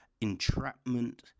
entrapment